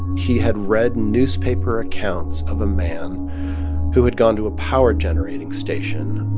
he had read newspaper accounts of a man who had gone to a power generating station.